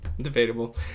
debatable